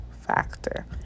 factor